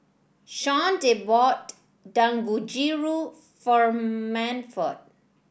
Shawnte bought Dangojiru for Manford